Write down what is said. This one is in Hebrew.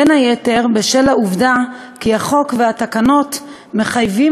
בין היתר בשל העובדה כי החוק והתקנות מחייבים